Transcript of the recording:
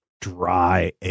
dry